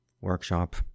workshop